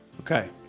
Okay